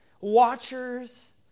watchers